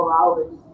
hours